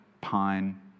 pine